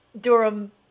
Durham